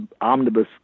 omnibus